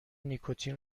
نیکوتین